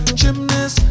gymnast